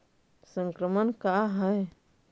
संक्रमण का है?